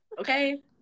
okay